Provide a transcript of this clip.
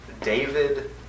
David